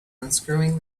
unscrewing